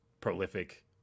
prolific